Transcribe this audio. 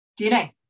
DNA